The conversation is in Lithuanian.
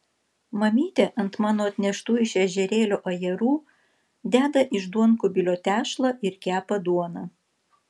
mamytė ant mano atneštų iš ežerėlio ajerų deda iš duonkubilio tešlą ir kepa duoną